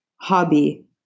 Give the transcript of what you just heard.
Hobby